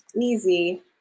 easy